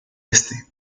este